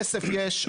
כסף יש,